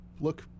Look